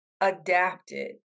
adapted